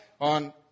on